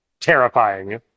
terrifying